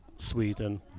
Sweden